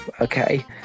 okay